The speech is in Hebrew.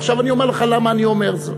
עכשיו, אני אומר לך למה אני אומר זאת: